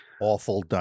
Awful